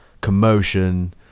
commotion